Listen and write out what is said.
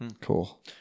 cool